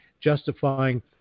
justifying